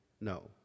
No